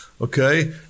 Okay